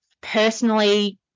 personally